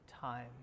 time